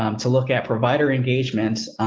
um to look at provider engagements.